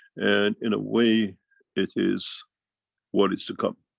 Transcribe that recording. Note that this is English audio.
and in a way it is what is to come.